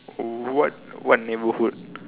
what what neighbourhood